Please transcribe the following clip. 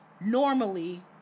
normally